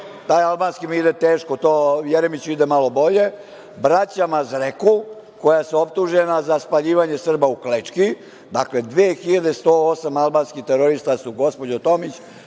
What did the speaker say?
taj albanski mi ide teško, to Jeremiću ide malo bolje, braća Mazreku, koja su optužena za spaljivanje Srba u Klečki, dakle, 2108 albanskih terorista su, gospođo Tomić,